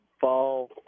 fall